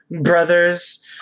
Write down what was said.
brothers